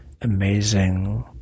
amazing